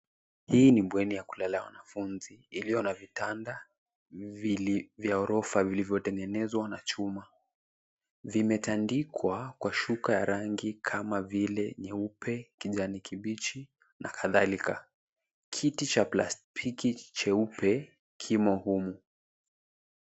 Hii ni bweni ya kulala ya wanafunzi iliyo na vitanda vya ghorofa vilivyotengenezwa na chuma. Vimetandikwa kwa shuka ya rangi kama vile nyeupe, kijani kibichi na kadhalika. Kiti cha plastiki cheupe kimo humu.